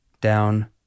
down